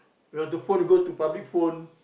you want to phone go to public phone